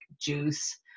juice